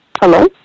Hello